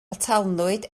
atalnwyd